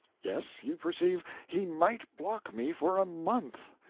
yes, you perceive, he might block me for a month.